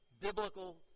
biblical